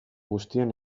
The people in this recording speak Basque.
guztien